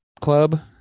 club